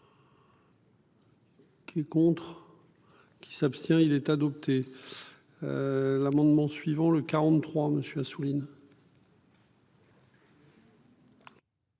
Qui est contre. Qui s'abstient il est adopté. L'amendement suivant le 43 monsieur Assouline.